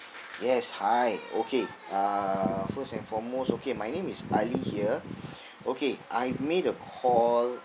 yes hi okay uh first and foremost okay my name is ali here okay I made a call